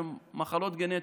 הן מחלות גנטיות.